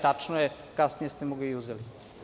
Tačno je, kasnije ste mu ga i uzeli.